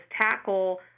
tackle